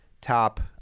top